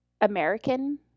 American